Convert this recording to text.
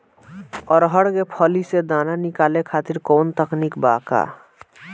अरहर के फली से दाना निकाले खातिर कवन तकनीक बा का?